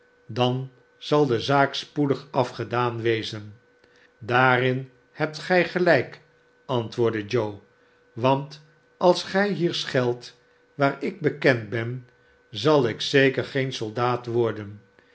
dan zal de zaak spoedig afgedaan wezen daarin hebt gij gelijk antwoordde joe want als gij hier schelt waar ik bekend ben zal ik zeker geen soldaat worden